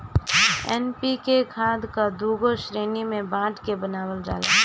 NPK खाद कअ दूगो श्रेणी में बाँट के बनावल जाला